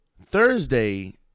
Thursday